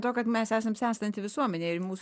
to kad mes esam senstanti visuomenė ir mūsų